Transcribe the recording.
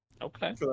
Okay